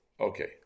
Okay